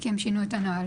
כי הם שינו את הנוהל.